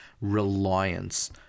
reliance